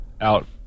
out